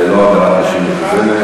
זו לא הדרת נשים מכוונת.